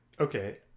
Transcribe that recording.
Okay